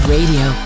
Radio